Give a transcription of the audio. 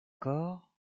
corps